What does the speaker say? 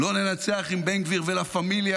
לא ננצח עם בן גביר ולה פמיליה.